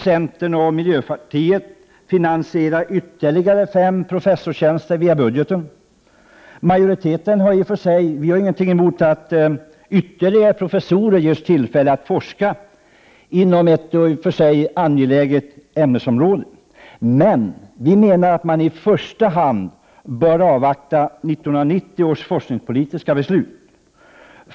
Centern och miljöpartiet vill finansiera ytterligare fem professorstjänster via budgeten. Majoriteten har i och för sig inte något emot att ytterligare professorer ges tillfälle att forska inom ett i och för sig angeläget ämnesområde, men vi menar att vi i första hand bör avvakta 1990 års forskningspolitiska beslut.